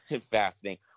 fascinating